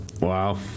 wow